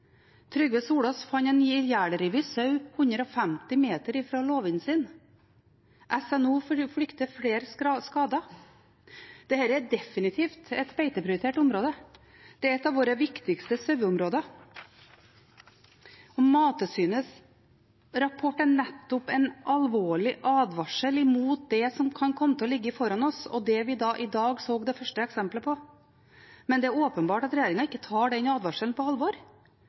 Trygve Solaas fant en ihjelrevet sau 150 meter fra låven sin. Statens naturoppsyn frykter flere skader. Dette er definitivt et beiteprioritert område. Det er et av våre viktigste saueområder. Mattilsynets rapport er nettopp en alvorlig advarsel mot det som kan ligge foran oss, og det vi i dag så det første eksempelet på. Men det er åpenbart at regjeringen ikke tar den advarselen på alvor.